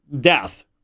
death